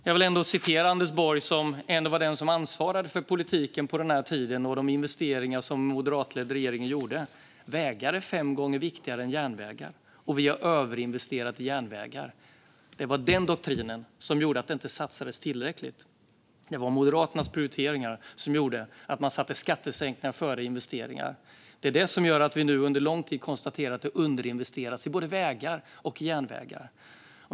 Jag vill citera Anders Borg, som ändå på den tiden ansvarade för politiken och de investeringar som den moderatledda regeringen gjorde: Vägar är fem gånger viktigare än järnvägar. Vi har överinvesterat i järnvägar. Det var den doktrinen som gjorde att det inte satsades tillräckligt. Det var Moderaternas prioriteringar som gjorde att man satte skattesänkningar före investeringar. Det är det som gör att vi under lång tid har konstaterat att det har underinvesterats i både vägar och järnvägar.